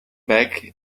back